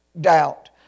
doubt